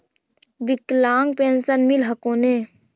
विकलांग पेन्शन मिल हको ने?